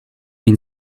been